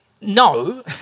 no